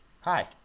hi